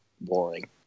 boring